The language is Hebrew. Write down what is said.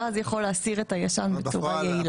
ואז יכול להסיר את הישן בצורה יעילה.